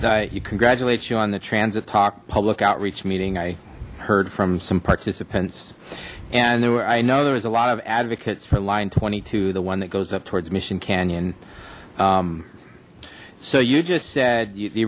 congratulate you on the transit talk public outreach meeting i heard from some participants and there were i know there was a lot of advocates for line twenty two the one that goes up towards mission canyon so you just said the